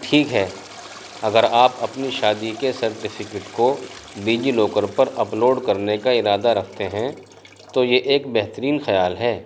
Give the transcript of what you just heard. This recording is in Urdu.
ٹھیک ہے اگر آپ اپنی شادی کے سرٹیفکیٹ کو ڈجی لاکر پر اپ لوڈ کرنے کا ارادہ رکھتے ہیں تو یہ ایک بہترین خیال ہے